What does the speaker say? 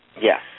Yes